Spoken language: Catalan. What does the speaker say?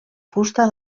fusta